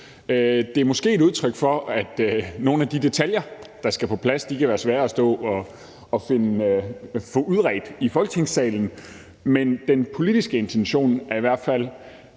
Det er måske et udtryk for, at nogle af de detaljer, der skal på plads, kan være svære at stå og få udredt i Folketingssalen. Men den politiske intention er i hvert fald